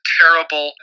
terrible